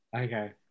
Okay